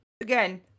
again